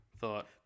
thought